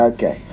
Okay